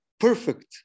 perfect